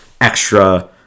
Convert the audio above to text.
extra